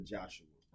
Joshua